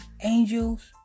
angels